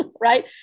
right